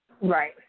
Right